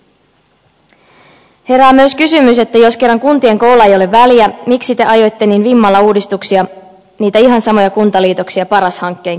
herää myös kysymys että jos kerran kuntien koolla ei ole väliä miksi te ajoitte niin vimmalla uudistuksia niitä ihan samoja kuntaliitoksia paras hankkeen keulakuvina